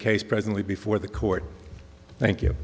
case presently before the court thank you